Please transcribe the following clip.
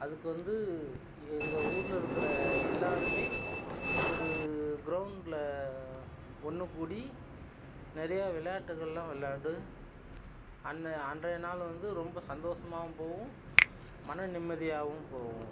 அதுக்கு வந்து எங்கள் ஊரில் இருக்கிற எல்லோருமே ஒரு க்ரௌண்ட்டில் ஒன்றுக்கூடி நிறையா விளையாட்டுகள்லாம் விளாண்டு அந்ந அன்றைய நாள் வந்து ரொம்ப சந்தோஷமாகவும் போகும் மன நிம்மதியாகவும் போகும்